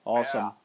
Awesome